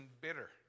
bitter